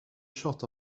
shot